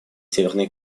северной